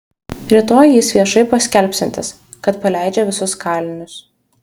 rytoj jis viešai paskelbsiantis kad paleidžia visus kalinius